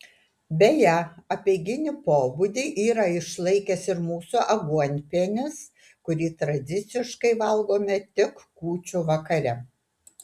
beje apeiginį pobūdį yra išlaikęs ir mūsų aguonpienis kurį tradiciškai valgome tik kūčių vakare